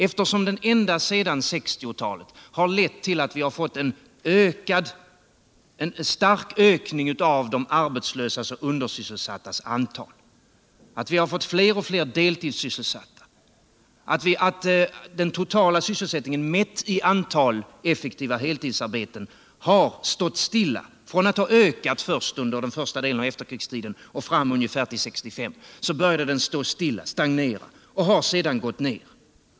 eftersom den ända sedan 1960-talet har lewt till att vi fått en sterk ökning av de arbetslösas och de undersysselsattas antal. Vi har fått fler och fler dehidssyvsselsatta. Den totala sysselsättningen mätt i antal effektiva heltidsarbeten har stått stilla. Den ökade under den första deten av efterkrigstiden fram till ungefär 1965, då den började stagnera, och har sedan gått ner.